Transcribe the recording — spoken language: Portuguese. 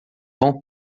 vão